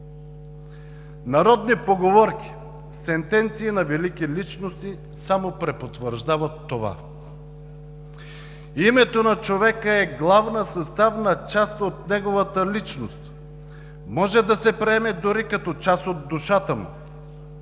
Народни поговорки и сентенции на велики личности само препотвърждават това. „Името на човека е главна съставна част от неговата личност, може да се приеме дори като част от душата му“